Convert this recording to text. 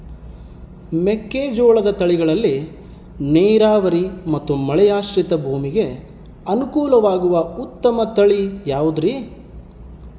ಮೆಕ್ಕೆಜೋಳದ ತಳಿಗಳಲ್ಲಿ ನೇರಾವರಿ ಮತ್ತು ಮಳೆಯಾಶ್ರಿತ ಭೂಮಿಗೆ ಅನುಕೂಲವಾಗುವ ಉತ್ತಮ ತಳಿ ಯಾವುದುರಿ?